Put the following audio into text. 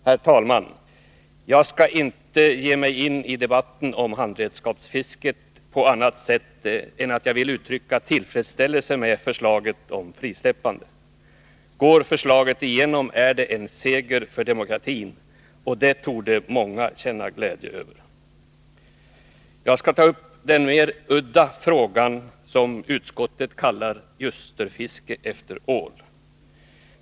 Herr talman! Jag skall inte ge mig in i debatten om handredskapsfisket på annat sätt än att jag vill uttrycka tillfredsställelse med förslaget om frisläppande. Går förslaget igenom, är det en seger för demokratin, och det torde många känna glädje över. Jag skall ta upp den mer udda frågan, den som utskottet kallar ljusterfiske efter ål.